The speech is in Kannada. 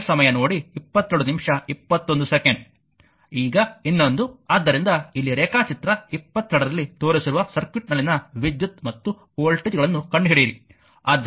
ಈಗ ಇನ್ನೊಂದು ಆದ್ದರಿಂದ ಇಲ್ಲಿ ರೇಖಾಚಿತ್ರ 22 ರಲ್ಲಿ ತೋರಿಸಿರುವ ಸರ್ಕ್ಯೂಟ್ನಲ್ಲಿನ ವಿದ್ಯುತ್ ಮತ್ತು ವೋಲ್ಟೇಜ್ಗಳನ್ನು ಕಂಡುಹಿಡಿಯಿರಿ